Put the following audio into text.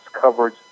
coverage